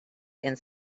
and